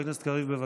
בבקשה,